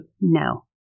No